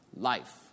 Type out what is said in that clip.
life